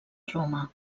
roma